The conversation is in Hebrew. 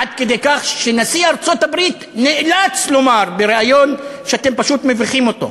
עד כדי כך שנשיא ארצות-הברית נאלץ לומר בריאיון שאתם פשוט מביכים אותו.